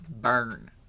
burn